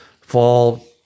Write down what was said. fall